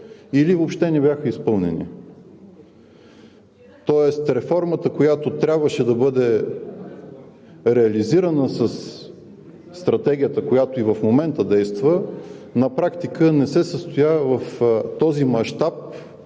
или въобще не бяха изпълнени. Тоест реформата, която трябваше да бъде реализирана със Стратегията, която и в момента действа, на практика не се състоя в този мащаб